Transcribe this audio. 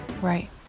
Right